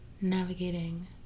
navigating